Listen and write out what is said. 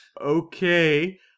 okay